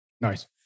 Nice